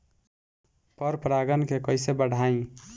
पर परा गण के कईसे बढ़ाई?